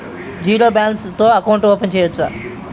Zero balance తో account open చేయవచ్చు?